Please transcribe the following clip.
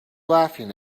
laughing